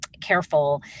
Careful